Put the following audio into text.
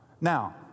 Now